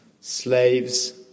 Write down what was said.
slaves